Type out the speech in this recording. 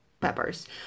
peppers